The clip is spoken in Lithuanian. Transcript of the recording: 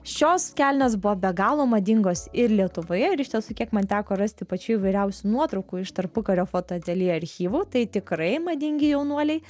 šios kelnės buvo be galo madingos ir lietuvoje ir iš tiesų kiek man teko rasti pačių įvairiausių nuotraukų iš tarpukario fotoateljė archyvų tai tikrai madingi jaunuoliai